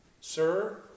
sir